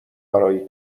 برای